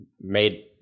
made